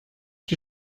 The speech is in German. die